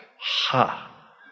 ha